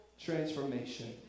transformation